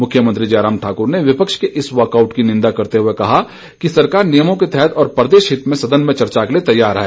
मुख्यमंत्री जयराम ठाकुर ने विपक्ष के इस वाकआऊट की निंदा करते हुए कहा कि सरकार नियमों के तहत और प्रदेशहित में चर्चा के लिए तैयार है